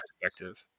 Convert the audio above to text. perspective